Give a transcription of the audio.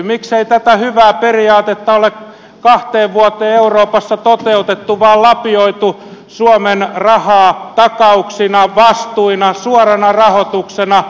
miksei tätä hyvää periaatetta ole kahteen vuoteen euroopassa toteutettu vaan on lapioitu suomen rahaa takauksina vastuina suorana rahoituksena